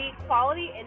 Quality